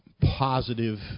positive